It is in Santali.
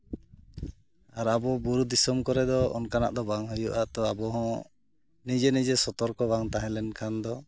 ᱟᱨ ᱟᱵᱚ ᱵᱩᱨᱩ ᱫᱤᱥᱚᱢ ᱠᱚᱨᱮ ᱫᱚ ᱚᱱᱠᱟᱱᱟᱜ ᱫᱚ ᱵᱟᱝ ᱦᱩᱭᱩᱜᱼᱟ ᱛᱚ ᱟᱵᱚᱦᱚᱸ ᱱᱤᱡᱮ ᱱᱤᱡᱮ ᱥᱚᱛᱚᱨᱠᱚ ᱵᱟᱝ ᱛᱟᱦᱮᱸ ᱞᱮᱱᱠᱷᱟᱱ ᱫᱚ